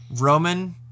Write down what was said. Roman